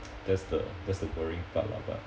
that's the that's the worrying part lah but